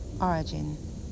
Origin